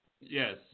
Yes